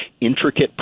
intricate